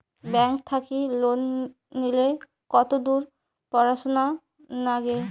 Bank থাকি loan নিলে কতদূর পড়াশুনা নাগে?